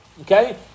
Okay